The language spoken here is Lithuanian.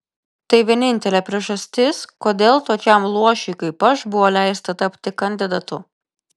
tai vienintelė priežastis kodėl tokiam luošiui kaip aš buvo leista tapti kandidatu